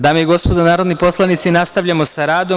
Dame i gospodo narodni poslanici, nastavljamo sa radom.